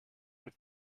mit